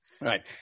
right